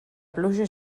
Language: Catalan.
pluja